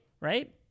right